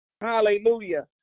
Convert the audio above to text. Hallelujah